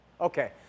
Okay